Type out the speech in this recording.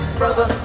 brother